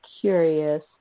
curious